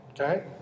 okay